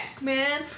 man